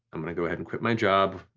i'm gonna go ahead and quit my job,